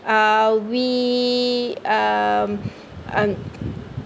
uh we um